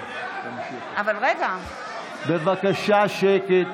לשנות, בבקשה שקט.